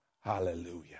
Hallelujah